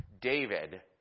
David